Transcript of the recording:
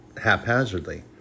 haphazardly